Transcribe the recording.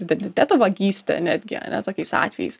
identiteto vagystė netgi ane tokiais atvejais